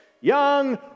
young